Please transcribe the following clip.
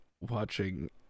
watching